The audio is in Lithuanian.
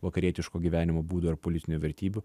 vakarietiško gyvenimo būdo ir politinių vertybių